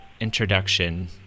introduction